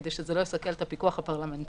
כדי שזה לא יסכל את הפיקוח הפרלמנטרי.